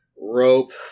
Rope